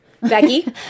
Becky